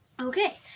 okay